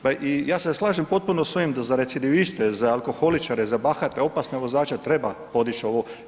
Pa i ja se slažem potpuno s ovim da za recidiviste, za alkoholičare, za bahate, opasne vozače treba podići ovo.